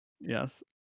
Yes